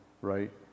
right